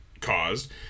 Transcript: caused